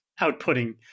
outputting